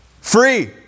free